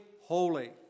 holy